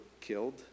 killed